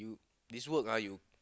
this work ah you